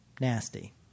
nasty